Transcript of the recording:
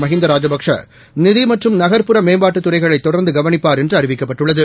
மஹிந்தராஜபக்சே நிதிமற்றும் நகர்ப்புற மேம்பாட்டுதுறைகளைதொடர்ந்துகவனிப்பார் என்றுஅறிவிக்கப்பட்டுள்ளது